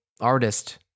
artist